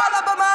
פה על הבמה,